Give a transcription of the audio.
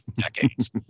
decades